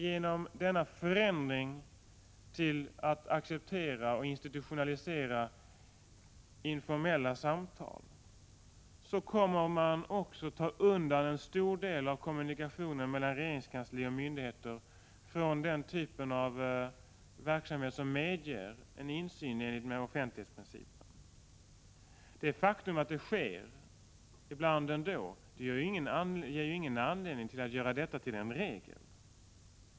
Genom denna förändring till att acceptera och institutionalisera informella samtal kommer man också att ta bort en stor del av kommunikationen mellan regeringskansliet och myndigheter från den typ av verksamhet som medger en insyn enligt offentlighetsprincipen. Det faktum att det ibland sker ändå ger ingen anledning till att göra detta till en regel.